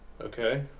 Okay